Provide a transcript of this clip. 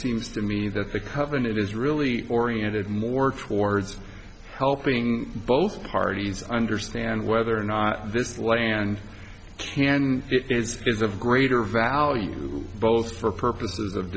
seems to me that the covenant is really oriented more towards helping both parties understand whether or not this land can and is of greater value both for purposes of